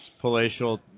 palatial